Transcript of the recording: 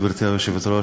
גברתי היושבת-ראש,